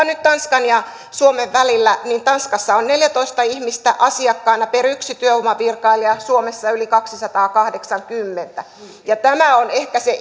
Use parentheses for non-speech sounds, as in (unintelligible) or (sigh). (unintelligible) nyt tanskan ja suomen välillä tanskassa on neljätoista ihmistä asiakkaana per yksi työvoimavirkailija suomessa yli kaksisataakahdeksankymmentä tämä on ehkä se (unintelligible)